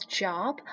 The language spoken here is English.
job